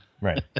right